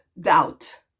Doubt